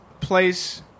place